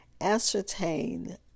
ascertain